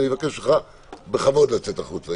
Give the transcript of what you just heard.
אני אבקש ממך בכבוד לצאת החוצה.